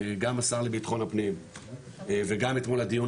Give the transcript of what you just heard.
גם השר לבטחון הפנים וגם אתמול הדיון